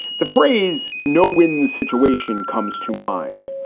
the phrase no win situation comes to mind.